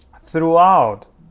throughout